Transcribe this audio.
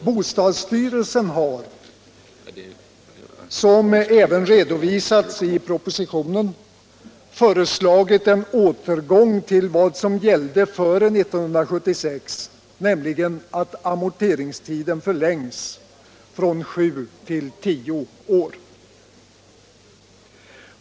Bostadsstyrelsen har, som även redovisats i propositionen, föreslagit en återgång till vad som gällde före 1976, nämligen att amorteringstiden förlängs från sju till tio år.